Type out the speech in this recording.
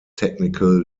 technical